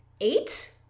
eight